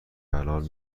بلال